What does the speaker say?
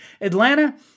Atlanta